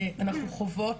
אנחנו חוות,